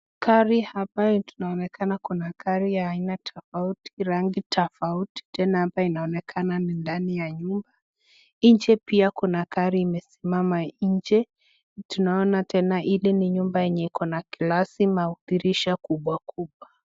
Gari hapa tunaonekana kuna gari ya aina tofauti, rangi tofauti. Tena hapa inaonekana ni ndani ya nyumba. Nje pia kuna gari imesimama nje. Tunaona tena hii ni nyumba yenye iko na glasi, madirisha kubwa kubwa.